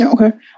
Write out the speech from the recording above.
Okay